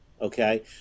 Okay